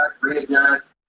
readjust